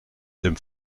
dem